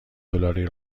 دلاری